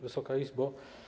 Wysoka Izbo!